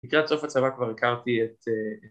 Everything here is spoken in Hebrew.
לקראת סוף הצבא כבר הכרתי את